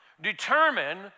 determine